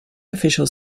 official